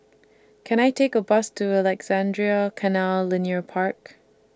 Can I Take A Bus to Alexandra Canal Linear Park